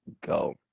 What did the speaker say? go